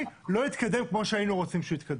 לא התקדם כמו שהוא היינו רוצים שהוא יתקדם.